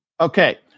Okay